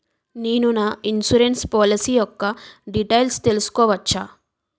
నేను నా insurance policy యెక్క డీటైల్స్ తెల్సుకోవచ్చా?